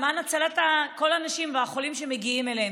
למען הצלת כל האנשים והחולים שמגיעים אליהם.